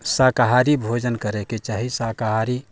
शाकाहारी भोजन करैके चाही शाकाहारी